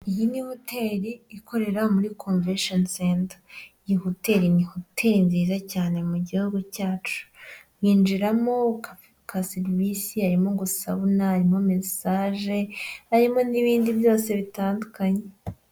Iyi ni hotel ikorera muri convention center iyi hotel ni hoteindi cyane mu gihugu cyacu yinjiramo winjiramo ukahaga serivisi harimo masaje n'ibindi byose bitandukanye.